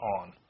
on